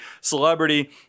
celebrity